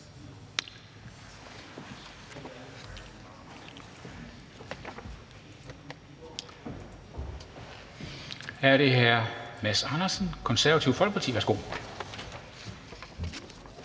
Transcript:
– er det hr. Mads Andersen, Det Konservative Folkeparti. Værsgo.